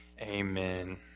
Amen